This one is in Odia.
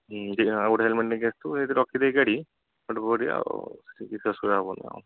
ଆଉ ଗୋଟେ ହେଲମେଟ୍ ନେଇକି ଆସିଥିବୁ ରଖିଦେଇକି ଗାଡ଼ି ସେଠୁ ଆଉ କିଛି ଅସୁବିଧା ହେବନି ଆଉ